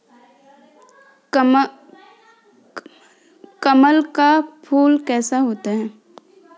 कमल का फूल कैसा होता है?